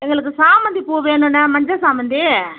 எங்களுக்கு சாமந்திப்பூ வேணுண்ணா மஞ்சள் சாமந்தி